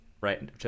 right